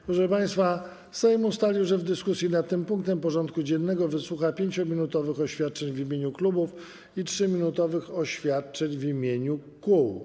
Proszę państwa, Sejm ustalił, że w dyskusji nad tym punktem porządku dziennego wysłucha 5-minutowych oświadczeń w imieniu klubów i 3-minutowych oświadczeń w imieniu kół.